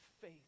faith